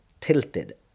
tilted